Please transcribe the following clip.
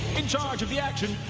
in charge of the action,